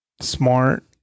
smart